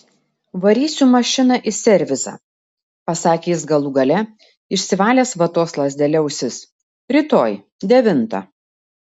varysiu mašiną į servisą pasakė jis galų gale išsivalęs vatos lazdele ausis rytoj devintą